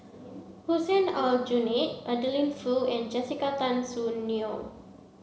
Hussein Aljunied Adeline Foo and Jessica Tan Soon Neo